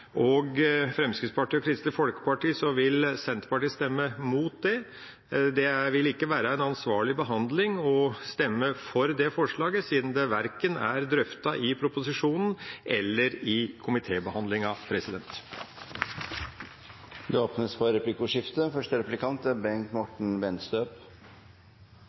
Høyre, Fremskrittspartiet og Kristelig Folkeparti, vil Senterpartiet stemme imot det. Det vil ikke være en ansvarlig behandling å stemme for det forslaget, siden det verken er drøftet i proposisjonen eller i komiteen. Det blir replikkordskifte. Alder og modenhet er